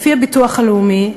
לפי הביטוח הלאומי,